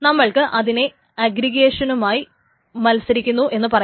നമ്മൾക്ക് അതിനെ അഗ്രിഗെഷനുമായി മത്സരിക്കുന്നു എന്ന് പറയാം